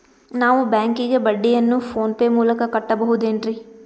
ನಾವು ಬ್ಯಾಂಕಿಗೆ ಬಡ್ಡಿಯನ್ನು ಫೋನ್ ಪೇ ಮೂಲಕ ಕಟ್ಟಬಹುದೇನ್ರಿ?